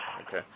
Okay